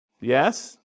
Yes